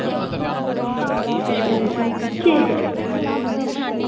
हांजी ठीक ऐ ठीक